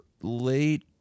late